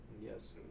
yes